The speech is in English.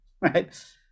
right